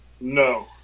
No